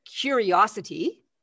curiosity